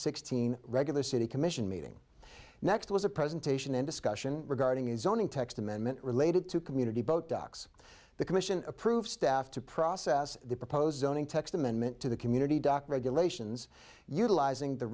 sixteen regular city commission meeting next was a presentation in discussion regarding the zoning text amendment related to community boat docks the commission approved staff to process the proposed owning text amendment to the community dock regulations utilizing the